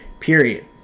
period